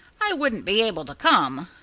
i wouldn't be able to come.